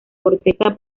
corteza